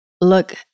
look